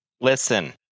listen